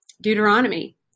Deuteronomy